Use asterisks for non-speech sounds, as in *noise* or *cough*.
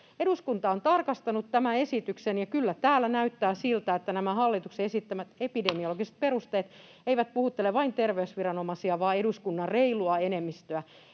Eduskunta on tarkastanut tämän esityksen, ja kyllä täällä näyttää siltä, että nämä hallituksen esittämät epidemiologiset perusteet *noise* eivät puhuttele vain terveysviranomaisia vaan eduskunnan reilua enemmistöä.